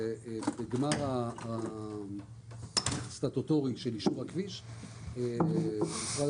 בגמר הסטטוטורי של אישור הכביש משרד